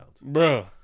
Bro